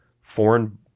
Foreign